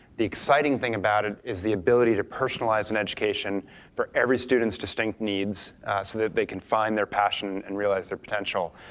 the exciting thing about it is the ability to personalize an education for every student's distinct needs so that they can find their passion and realize their potential,